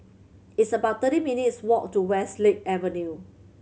it's about thirty minutes' walk to Westlake Avenue